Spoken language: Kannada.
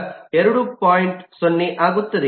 0 ಆಗುತ್ತದೆ